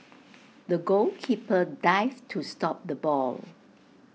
the goalkeeper dived to stop the ball